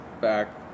back